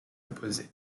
opposé